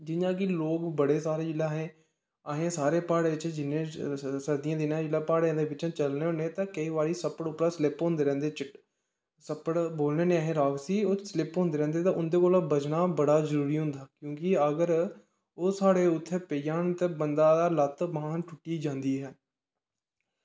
जियां कि लोग बड़े सारे जिल्लै असें असें सारे प्हाड़ें च जिन्नें सर्दियें दिनें जिसलै प्हाड़ें दे बिच्च चलने होन्ने ते केईं बारी सप्पड़ उप्परा दा स्लिप होंदे रौंह्दे सप्पड़ बोलने होन्ने असीं राक्स गी ते ओह् स्लिप होंदे रौंह्दे ते उं'दे कोला दा बचना बड़ा जरूरी होंदा क्योंकि अगर ओह् साढ़े उत्थें पेई जान ते बंदा दा लत्त बांह् टुट्टी जंदी ऐ